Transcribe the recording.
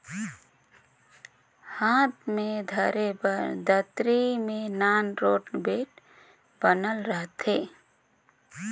हाथ मे धरे बर दतरी मे नान रोट बेठ बनल रहथे